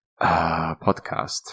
podcast